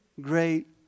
great